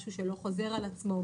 משהו שלא חוזר על עצמו,